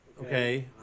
okay